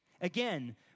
Again